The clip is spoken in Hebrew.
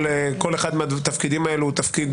כל אחד מהתפקידים האלו הוא תפקיד,